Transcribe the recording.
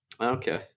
Okay